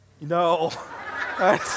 No